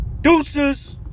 deuces